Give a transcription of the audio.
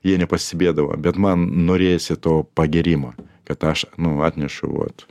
jie nepastebėdavo bet man norėjosi to pagyrimo kad aš nu atnešu vat